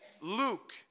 Luke